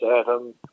Adam